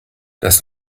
das